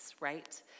Right